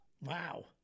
Wow